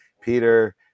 Peter